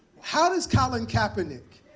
how does colin kaepernick,